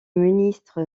ministre